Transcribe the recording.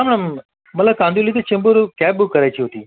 हां मला कांदिवली ते चेंबूर कॅब बुक करायची होती